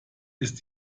ist